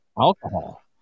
alcohol